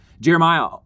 Jeremiah